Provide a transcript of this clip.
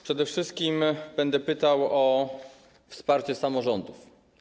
Przede wszystkim będę pytał o wsparcie samorządów.